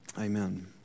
Amen